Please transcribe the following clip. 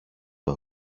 του